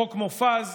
חוק מופז.